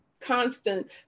constant